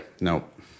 nope